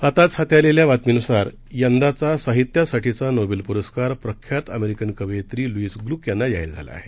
आताच हाती आलेल्या बातमीन्सार यंदाचा साहित्यासाठीचा नोबेल प्रस्कार प्रख्यात अमेरिकन कवयित्री ल्ईस ग्ल्क यांना जाहीर झाला आहे